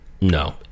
no